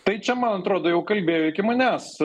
tai čia man atrodo jau kalbėjo iki manęs